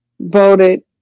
voted